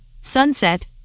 sunset